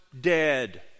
dead